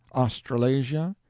australasia,